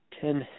Ten